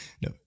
No